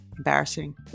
embarrassing